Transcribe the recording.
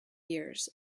years